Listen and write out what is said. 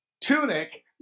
tunic